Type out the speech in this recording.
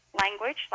language